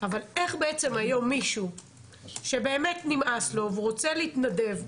אבל איך בעצם היום מישהו שבאמת נמאס לו והוא רוצה להתנדב,